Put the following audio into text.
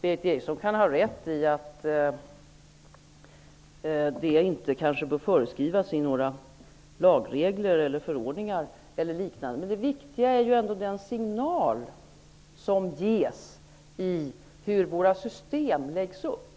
Berith Eriksson kan ha rätt i att detta inte bör föreskrivas i lagregler eller förordningar, men det viktiga är ändå den signal som ges i fråga om hur våra system läggs upp.